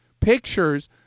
pictures